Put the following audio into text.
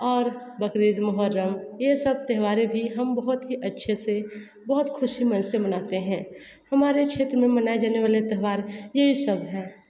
और बकरीद मुहर्रम यह सब त्योहारें भी हम बोहोत ही अच्छे से बहुत खुशी मन से मनाते हैं हमारे क्षेत्र में मनाए जाने वाले त्योहार यही सब हैं